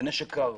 היא נשק קר.